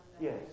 Yes